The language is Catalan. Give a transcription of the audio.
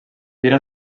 fira